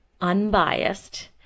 unbiased